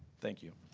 thank you.